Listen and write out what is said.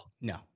No